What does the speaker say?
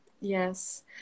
yes